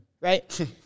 right